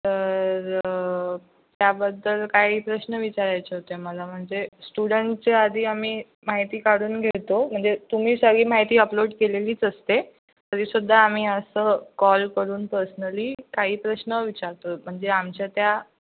तर त्याबद्दल काही प्रश्न विचारायचे होते मला म्हणजे स्टुडंटचे आधी आम्ही माहिती काढून घेतो म्हणजे तुम्ही सगळी माहिती अपलोड केलेलीच असते तरीसुद्धा आम्ही असं कॉल करून पर्सनली काही प्रश्न विचारतो म्हणजे आमच्या त्या